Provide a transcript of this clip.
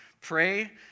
Pray